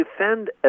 defend